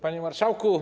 Panie Marszałku!